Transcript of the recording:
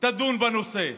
תדון בנושא.